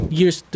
years